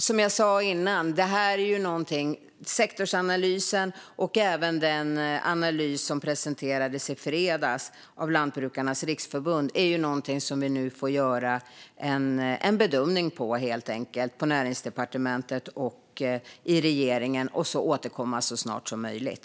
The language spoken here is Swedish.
Som jag sa tidigare: Sektorsanalysen och även den analys som presenterades i fredags av Lantbrukarnas Riksförbund är någonting som Näringsdepartementet och regeringen nu får göra en bedömning av och sedan återkomma så snart som möjligt.